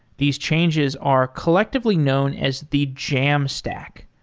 these changes are collectively known as the jamstack.